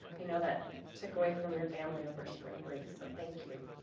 you know that took away from your family over spring break. so, thank you